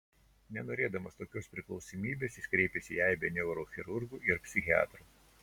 nenorėdamas tokios priklausomybės jis kreipėsi į aibę neurochirurgų ir psichiatrų